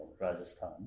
Rajasthan